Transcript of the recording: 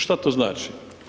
Šta to znači?